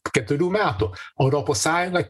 keturių metų o europos sąjunga